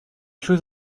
choses